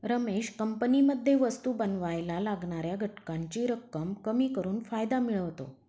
रमेश कंपनीमध्ये वस्तु बनावायला लागणाऱ्या घटकांची रक्कम कमी करून फायदा मिळवतो